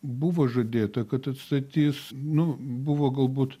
buvo žadėta kad atstatys nu buvo galbūt